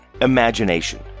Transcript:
Imagination